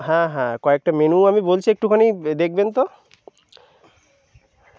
হ্যাঁ হ্যাঁ কয়েকটা মেনু আমি বলছি একটুখানি দেখবেন তো